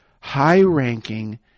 high-ranking